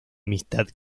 amistad